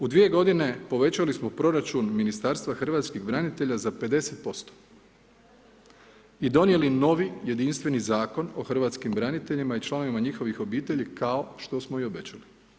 U dvije godine povećali smo proračun Ministarstva hrvatskih branitelja za 50% i donijeli novi jedinstveni zakon o hrvatskim braniteljima i članovima njihovih obitelji, kao što smo i obećali.